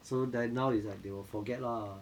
so then now is like they will forget lah